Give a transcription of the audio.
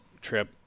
trip